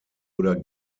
oder